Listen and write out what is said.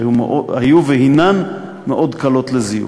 שהיו והנן מאוד קלות לזיוף.